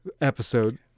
episode